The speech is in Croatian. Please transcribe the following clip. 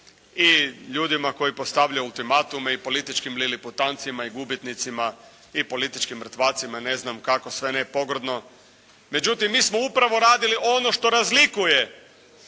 i ljudima koji postavljaju ultimatume, i političkim liliputancima i gubitnicima, i političkim mrtvacima i ne znam kako sve ne pogrdno. Međutim, mi smo upravo radili ono što razlikuje